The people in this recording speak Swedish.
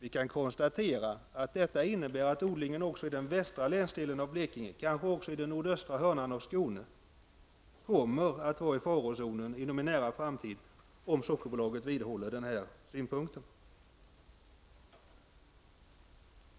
Om Sockerbolaget vidhåller den synpunkten innebär det att odlingen också i den västra delen av Blekinge, kanske också i den nordöstra hörnan av Skåne, kommer att vara i farozonen inom en nära framtid.